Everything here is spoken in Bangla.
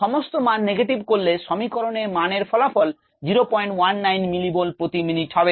সমস্ত মান নেগেটিভ করলে সমীকরণের মান এর ফলাফল 019 মিলিমোল প্রতি মিনিট হবে